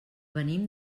venim